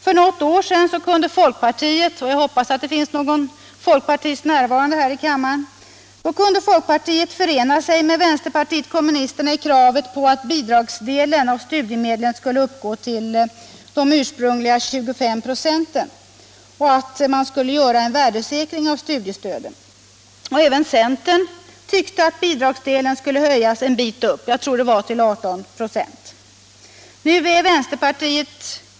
För något år sedan kunde folkpartiet — jag hoppas att det finns någon folkpartist närvarande här i kammaren — förena sig med vpk i kravet på att bidragsdelen av studiemedlen skulle uppgå till de ursprungliga 25 procenten och att man skulle åstadkomma en värdesäkring av studiestödet. Även centern tyckte att bidragsdelen skulle höjas en bit upp —- jag tror det var till 18 26.